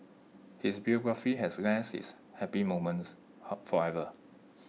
his biography has less its happy moments however